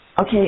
Okay